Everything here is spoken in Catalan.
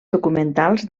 documentals